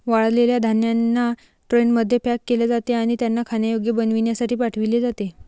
वाळलेल्या धान्यांना ट्रेनमध्ये पॅक केले जाते आणि त्यांना खाण्यायोग्य बनविण्यासाठी पाठविले जाते